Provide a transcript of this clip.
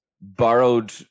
borrowed